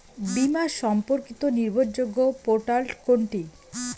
বীমা সম্পর্কিত নির্ভরযোগ্য পোর্টাল কোনটি?